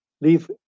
leave